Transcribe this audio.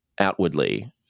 outwardly